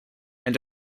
and